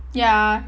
ya